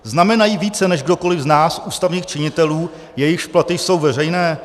Znamenají více než kdokoli z nás, ústavních činitelů, jejichž platy jsou veřejné?